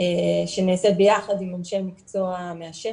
שנעשית ביחד עם אנשי מקצוע מהשטח.